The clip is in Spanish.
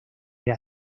era